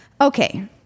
Okay